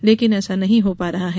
लेकिन ऐसा नहीं हो पा रहा है